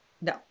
no